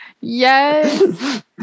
Yes